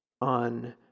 on